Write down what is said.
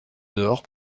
dehors